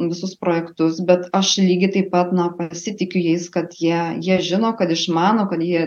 visus projektus bet aš lygiai taip pat na pasitikiu jais kad jie jie žino kad išmano kad jie